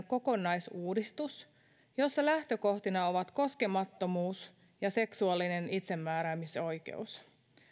kokonaisuudistus jossa lähtökohtina ovat koskemattomuus ja seksuaalinen itsemääräämisoikeus